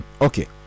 okay